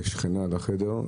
כשכנה לחדר.